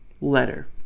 letter